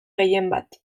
gehienbat